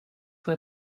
were